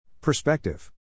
Perspective